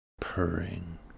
purring